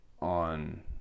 on